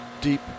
deep